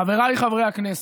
חבריי חברי הכנסת,